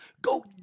Go